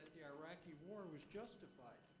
iraqi war was justified,